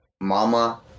Mama